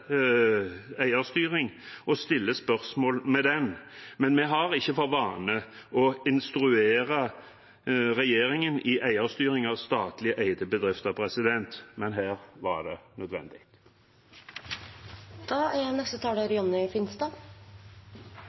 eierstyring og setter spørsmålstegn ved den, men vi har ikke for vane å instruere regjeringen i eierstyringen av statlig eide bedrifter. Men her var det nødvendig. For Høyre er